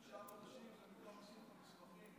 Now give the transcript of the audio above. תשעה חודשים זה מתום איסוף המסמכים,